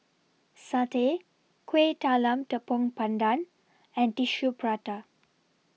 Satay Kuih Talam Tepong Pandan and Tissue Prata